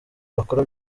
bakora